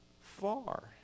far